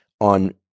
on